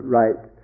right